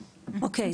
אוקיי.